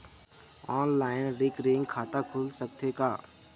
Online recurring खाता खुल सकथे का?